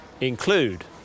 include